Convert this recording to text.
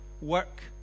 work